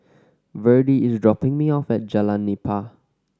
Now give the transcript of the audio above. Virdie is dropping me off at Jalan Nipah